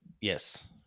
yes